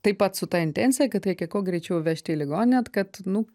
taip pat su ta intencija kad reikia kuo greičiau vežti į ligoninę kad nu